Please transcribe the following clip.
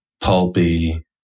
pulpy